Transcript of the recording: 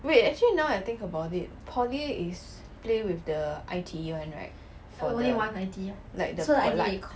wait actually now I think about it poly is play with the I_T_E [one] right for the like the pol~ I_T_E